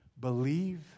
believe